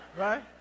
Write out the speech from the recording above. right